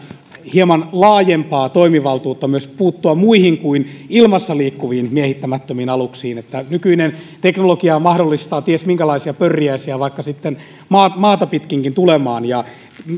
hieman laajempaa toimivaltuutta puuttua myös muihin kuin ilmassa liikkuviin miehittämättömiin aluksiin nykyinen teknologia mahdollistaa ties minkälaisia pörriäisiä vaikka sitten maata pitkinkin tulemaan ja